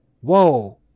whoa